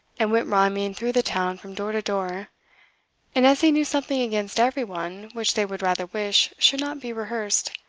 and went rhyming through the town from door to door and as he knew something against every one which they would rather wish should not be rehearsed,